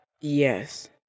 Yes